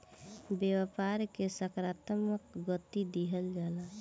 व्यापार के सकारात्मक गति दिहल जाला